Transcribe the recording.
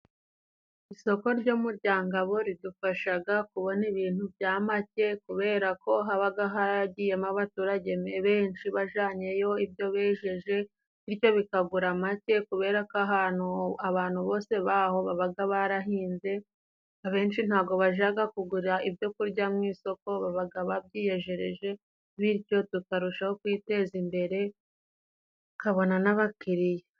Isoko ryo mu Ryangabo ridufasha kubona ibintu bya make, kubera ko haba haragiyemo abaturage benshi bajyanyeyo ibyo bejeje, bityo bikagura make kubera ko ahantu abantu bose baho baba barahinze, abenshi ntabwo bajya kugura ibyo kurya mu isoko baba babyiyejereje, bityo tukarushaho kwiteza imbere tukabona n'abakiriya.